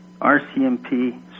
RCMP